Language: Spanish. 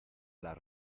las